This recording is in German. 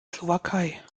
slowakei